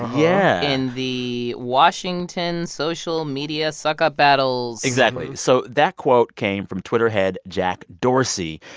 yeah. in the washington social media suck-up battles exactly. so that quote came from twitter head jack dorsey.